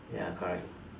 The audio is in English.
ya correct